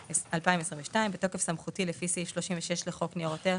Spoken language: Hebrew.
התשפ"ב-2022 בתוקף סמכותי לפי סעיף 36 לחוק ניירות-ערך,